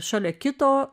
šalia kito